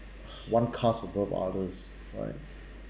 one caste above others right